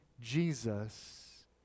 Jesus